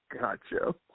Gotcha